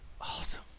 Awesome